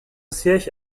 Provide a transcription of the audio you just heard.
siège